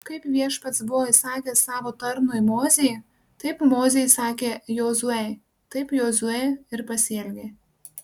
kaip viešpats buvo įsakęs savo tarnui mozei taip mozė įsakė jozuei taip jozuė ir pasielgė